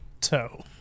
toe